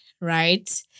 right